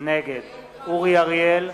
נגד אורי אריאל,